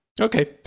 Okay